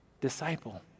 Disciple